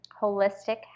Holistic